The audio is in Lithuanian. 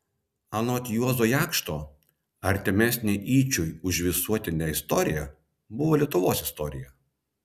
anot juozo jakšto artimesnė yčui už visuotinę istoriją buvo lietuvos istorija